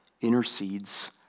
intercedes